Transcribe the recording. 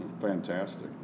Fantastic